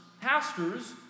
pastors